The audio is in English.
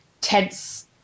tense